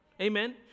Amen